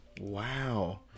Wow